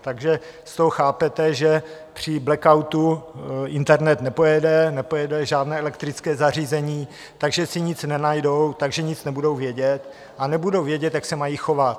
Takže z toho chápete, že při blackoutu internet nepojede, nepojede žádné elektrické zařízení, takže si nic nenajdou, takže nic nebudou vědět a nebudou vědět, jak se mají chovat.